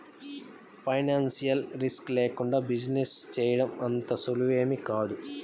financial risk లేకుండా business చేయడం అంత సులువేమీ కాదు